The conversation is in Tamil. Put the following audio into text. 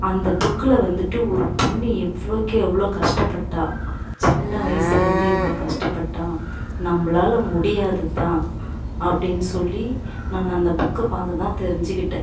அந்த புக்ல வந்துட்டு ஒரு பொண்ணு எவ்வளோக்கு எவ்வளோ கஷ்டப்பட்டா சின்ன வயசுலேருந்து எவ்வளோ கஷ்டப்பட்டா நம்மளால முடியாதுதான் அப்படின்னு சொல்லி நான் அந்த புக்கை பார்த்துதான் தெரிஞ்சுக்கிட்டேன்